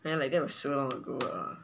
then like that was so long ago